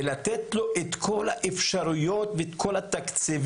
ולתת לו את כל האפשרויות והתקציבים,